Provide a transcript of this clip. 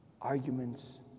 Arguments